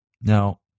Now